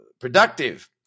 productive